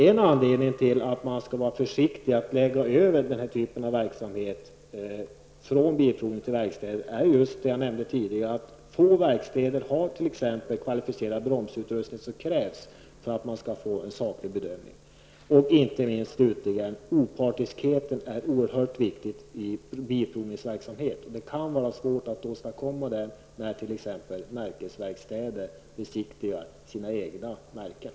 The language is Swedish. En anledning till att man skall vara försiktig med att lägga över denna verksamhet från Bilprovningen till verkstäder är just att få verkstäder har t.ex. den kvalificerade bromsutrustning som krävs för att man skall kunna göra en saklig bedömning. Opartiskheten är dessutom oerhört viktig i bilprovningsverksamhet. Det kan vara svårt att åstadkomma den när t.ex. märkesverkstäder besiktigar sina egna märken.